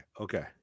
Okay